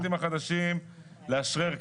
לי נורמאלי.